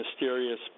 mysterious